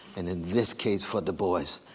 and in this case, for du bois,